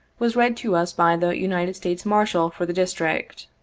was read to us by the united states marshal for the district.